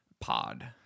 pod